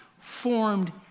formed